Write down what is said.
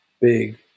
big